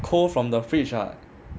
cold from the fridge ah